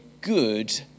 good